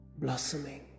blossoming